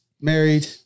married